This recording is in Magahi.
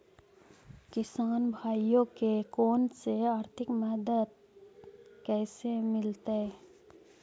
किसान भाइयोके कोन से आर्थिक मदत कैसे मीलतय?